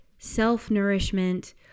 self-nourishment